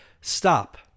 Stop